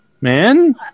Man